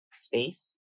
space